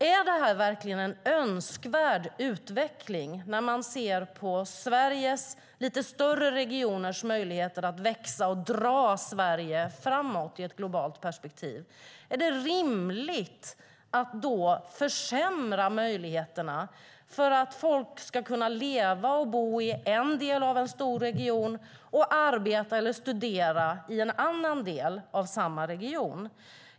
Är det verkligen en önskvärd utveckling när man ser på Sveriges lite större regioners möjligheter att växa och dra Sverige framåt i ett globalt perspektiv? Är det rimligt att då försämra möjligheterna för att människor ska kunna leva och bo i en del av en stor region och arbeta eller studera i en annan del av samma region?